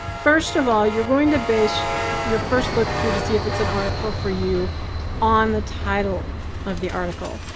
first of all, you're going to base your first look through to see if it's an article for you on the title of the article.